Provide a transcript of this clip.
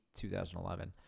2011